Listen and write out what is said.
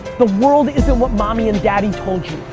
the world isn't what mommy and daddy told you.